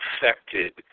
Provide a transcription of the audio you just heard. affected